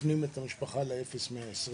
מפנים את המשפחה למוקד המדובר,